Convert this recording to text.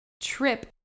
trip